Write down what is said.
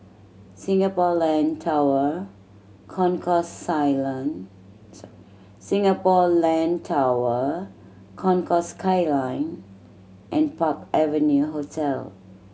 Singapore Land Tower Concourse Skyline Singapore Land Tower Concourse Skyline and Park Avenue Hotel